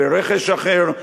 ברכש אחר,